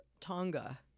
Tonga